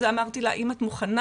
אמרתי לה, אם את מוכנה.